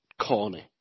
corny